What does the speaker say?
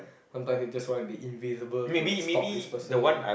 sometime you just want to be invisible to like stalk this person